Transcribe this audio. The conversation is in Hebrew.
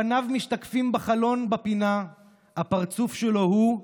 / פניו משתקפים בחלון בפינה / הפרצוף שלו הוא,